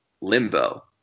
limbo